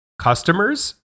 customers